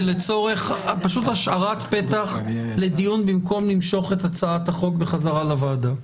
זה פשוט לצורך השארת פתח לדיון במקום למשוך את הצעת החוק בחזרה לוועדה.